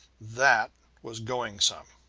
that was going some!